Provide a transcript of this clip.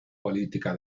política